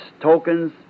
tokens